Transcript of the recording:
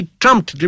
trumped